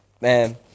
man